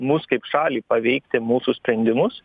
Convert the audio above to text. mus kaip šalį paveikti mūsų sprendimus